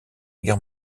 guerre